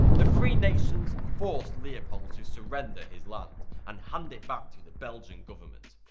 the three nations forced leopold to surrender his land and hand it back to the belgian government.